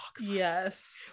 yes